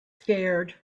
scared